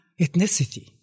ethnicity